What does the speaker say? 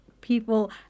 people